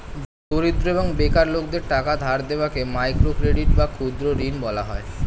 দরিদ্র এবং বেকার লোকদের টাকা ধার দেওয়াকে মাইক্রো ক্রেডিট বা ক্ষুদ্র ঋণ বলা হয়